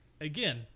again